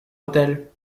autel